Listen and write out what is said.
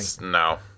no